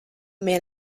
man